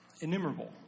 Innumerable